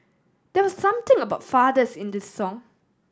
there was something about fathers in this song